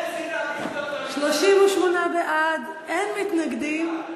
38 בעד, אין מתנגדים,